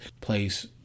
place